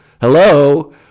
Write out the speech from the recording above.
Hello